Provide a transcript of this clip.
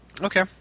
Okay